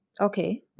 Okay